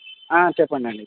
చెప్పండి అండి